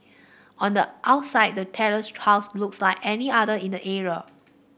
on the outside the terraced house looks like any other in the area